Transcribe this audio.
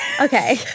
Okay